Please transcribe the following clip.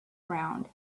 round